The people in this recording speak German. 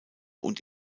und